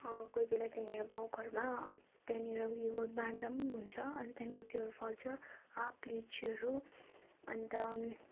कोही बेला त्यहाँनेर गाउँ घरमा त्यहाँनेर उयो ग बाँडदा हुन्छ अनि त्यहाँको त्योहरू फल्छ आँप लिचीहरू अन्त